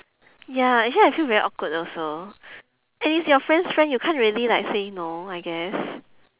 ya actually I feel very awkward also and it's your friend's friend you can't really like say no I guess